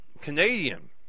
Canadian